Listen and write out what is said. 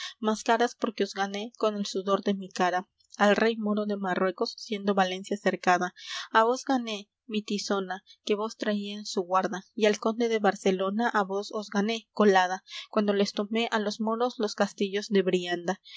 mas caras porque os gané con el sudor de mi cara al rey moro de marruecos siendo valencia cercada á vos gané mi tizona que vos traía en su guarda y al conde de barcelona á vos os gané colada cuando les tomé á los moros los castillos de brianda